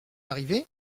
arrivé